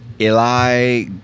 Eli